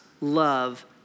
love